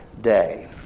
day